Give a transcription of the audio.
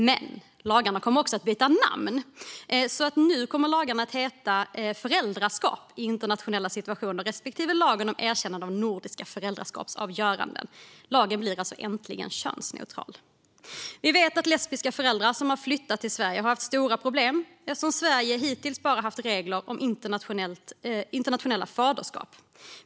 Men lagarna kommer också att byta namn. Nu kommer lagarna att heta föräldraskap i internationella situationer respektive lagen om erkännande av nordiska föräldraskapsavgöranden. Lagarna blir alltså äntligen könsneutrala. Vi vet att lesbiska föräldrar som har flyttat till Sverige har haft stora problem eftersom Sverige hittills bara haft regler om internationella faderskap.